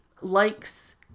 likes